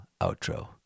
outro